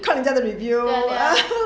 看人家的 review